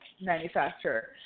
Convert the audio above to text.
manufacturer